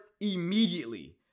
immediately